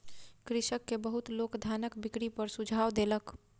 कृषक के बहुत लोक धानक बिक्री पर सुझाव देलक